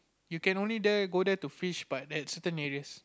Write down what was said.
you can only there go there to fish but at certain areas